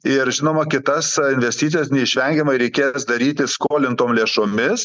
ir žinoma kitas investicijas neišvengiamai reikės daryti skolintom lėšomis